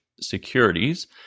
Securities